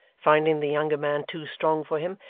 finding the younger man too strong for him,